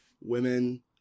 women